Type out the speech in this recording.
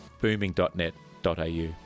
booming.net.au